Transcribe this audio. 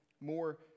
more